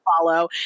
follow